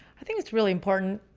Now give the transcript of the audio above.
i think it's really important,